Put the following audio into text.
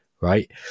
right